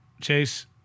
Chase